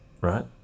Right